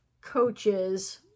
coaches